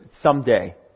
someday